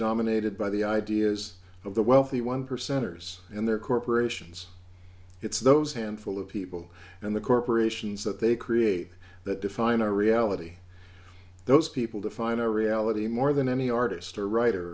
dominated by the ideas of the wealthy one percenters and their corporations it's those handful of people and the corporations that they create that define a reality those people define a reality more than any artist or writer for